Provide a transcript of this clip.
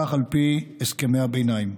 כך על פי הסכמי הביניים.